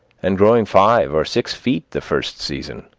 and growing five or six feet the first season.